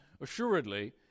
Assuredly